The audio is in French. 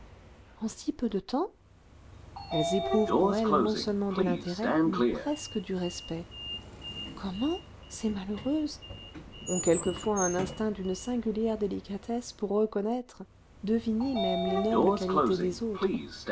en si peu de temps elles éprouvent pour elle non-seulement de l'intérêt mais presque du respect comment ces malheureuses ont quelquefois un instinct d'une singulière délicatesse pour reconnaître deviner même les nobles qualités des autres